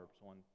one